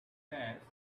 sense